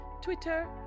Twitter